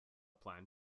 plan